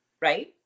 right